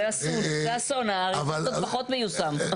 זה אסון, האריזות עוד פחות מיושם.